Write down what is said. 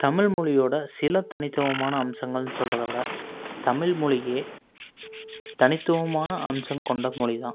தமிழ் மொழியோட சில தனித்துவமான அம்சங்கள்னு சொல்றதை விட தமிழ் மொழியே தனித்துவமான அம்சம் கொண்ட மொழி தான்